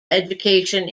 education